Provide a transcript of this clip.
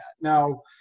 now